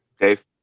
Dave